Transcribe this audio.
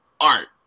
art